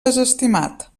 desestimat